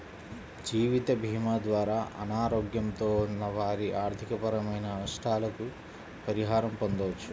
జీవితభీమా ద్వారా అనారోగ్యంతో ఉన్న వారి ఆర్థికపరమైన నష్టాలకు పరిహారం పొందవచ్చు